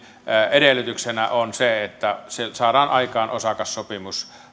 edellytyksenä on se että saadaan aikaan osakassopimus